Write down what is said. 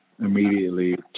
immediately